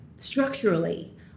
Structurally